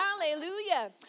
Hallelujah